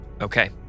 Okay